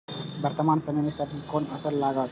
वर्तमान समय में सब्जी के कोन फसल लागत?